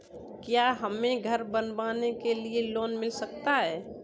क्या हमें घर बनवाने के लिए लोन मिल सकता है?